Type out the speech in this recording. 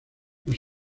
nos